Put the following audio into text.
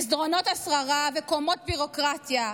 // מסדרונות השררה וקומות ביורוקרטיה.